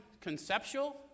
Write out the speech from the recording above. conceptual